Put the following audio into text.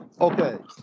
okay